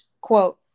Quote